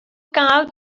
gael